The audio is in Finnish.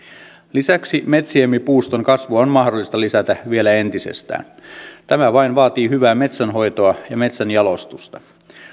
lisäksi metsiemme puuston kasvua on mahdollista lisätä vielä entisestään tämä vain vaatii hyvää metsänhoitoa ja metsänjalostusta